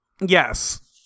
Yes